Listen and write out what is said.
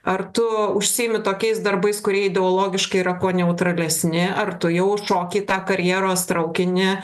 ar tu užsiimi tokiais darbais kurie ideologiškai yra kuo neutralesni ar tu jau šoki į tą karjeros traukinį